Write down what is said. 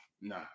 Nah